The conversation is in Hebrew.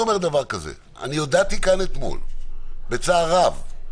הודעתי כאן אתמול בצער רב,